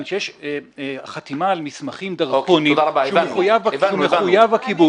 שיש חתימה על מסמכים דרקוניים שהוא מחויב בקיבוץ.